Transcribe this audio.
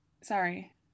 sorry